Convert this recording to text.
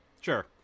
Sure